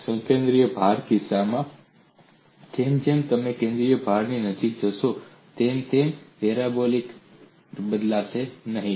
સંકેન્દ્રિત ભારના કિસ્સામાં જેમ જેમ તમે કેન્દ્રિત ભારની નજીક જશો તેમ તેમ શીયર પેરાબોલિક રીતે બદલાશે નહીં